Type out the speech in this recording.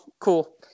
Cool